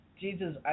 Jesus